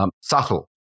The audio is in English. subtle